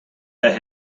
the